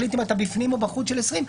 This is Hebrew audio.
להחליט אם אתה בפנים או בחוץ של 20,